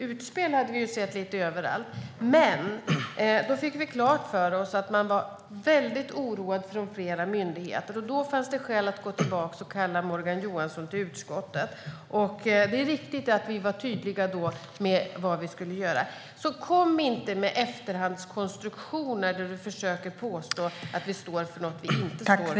Utspel har vi sett lite överallt, men då fick vi klart för oss att flera myndigheter var väldigt oroade. Då fanns det skäl att gå tillbaka och kalla Morgan Johansson till utskottet. Det är riktigt att vi då var tydliga med vad vi skulle göra. Kom inte med efterhandskonstruktioner, Kent Ekeroth, där du försöker påstå att vi står för något som vi inte står för!